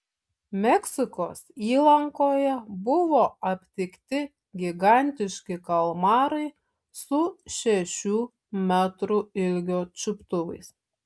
meksikos įlankoje buvo aptikti gigantiški kalmarai su šešių metrų ilgio čiuptuvais